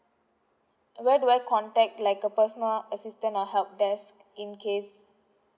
where do I contact like a personal assistant or help desk in case